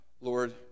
Lord